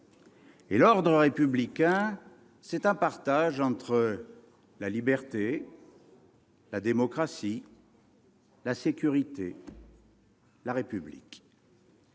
... L'ordre républicain, c'est un partage entre la liberté, la démocratie, la sécurité, la République.